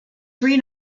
three